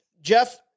Jeff—